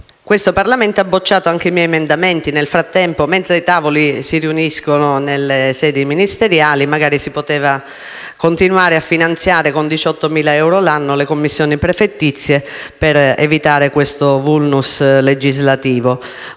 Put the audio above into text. questo Parlamento ha bocciato anche i miei emendamenti. Nel frattempo, mentre i tavoli si riuniscono nelle sedi ministeriali, magari si poteva continuare a finanziare con 18.000 euro l'anno le commissioni prefettizie per evitare il *vulnus* legislativo.